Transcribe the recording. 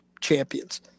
champions